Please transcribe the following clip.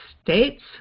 states